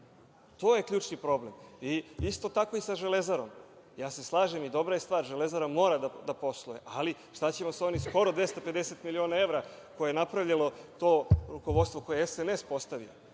To je ključni problem. Isto tako je i sa „Železarom“. Ja se slažem i dobra je stvar, „Železara“ mora da posluje, ali šta ćemo sa onih skoro 250 miliona evra koje je napravilo to rukovodstvo koje je SNS postavio? Ako